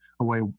away